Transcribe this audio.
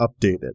updated